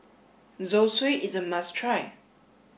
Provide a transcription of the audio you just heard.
Zosui is a must try